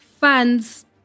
funds